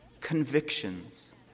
convictions